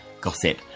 Gossip